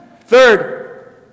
Third